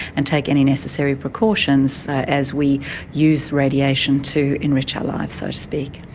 and take any necessary precautions as we use radiation to enrich our lives, so to speak.